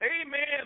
Amen